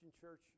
Church